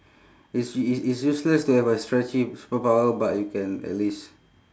it's it's it's useless to have a stretchy superpower but you can at least